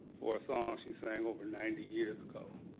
for a song she sang over ninety years ago.